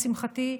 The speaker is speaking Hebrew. לשמחתי,